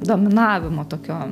dominavimo tokio